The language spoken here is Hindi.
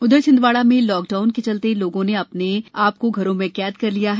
उधर छिंदवाड़ा में लॉकडाउन के चलते लोगों ने अपने आप को घरों में कैद कर लिया है